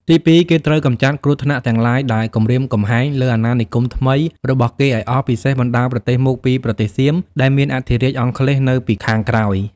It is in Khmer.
ទី២ គេត្រូវកម្ចាត់គ្រោះថ្នាក់ទាំងឡាយដែលគំរាមកំហែង លើអាណានិគមថ្មី របស់គេឱ្យអស់ពិសេសបណ្តាប្រទេសមកពីប្រទេសសៀមដែលមានអធិរាជអង់គ្លេសនៅពី ខាងក្រោយ។